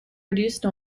reduce